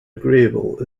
agreeable